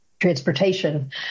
transportation